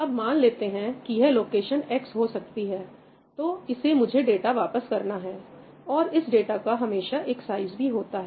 अब मान लेते हैं कि यह लोकेशन X हो सकती है तो इसे मुझे डाटा वापस करना है और इस डाटा का हमेशा एक साइज भी होता है